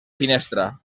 finestra